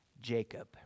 Jacob